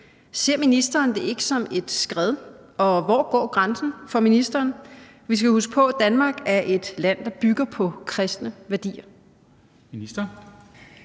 Ser ministeren det ikke som et skred, og hvor går grænsen for ministeren? Vi skal huske på, at Danmark er et land, der bygger på kristne værdier. Kl.